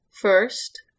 first